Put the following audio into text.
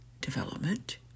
development